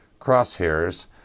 crosshairs